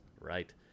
Right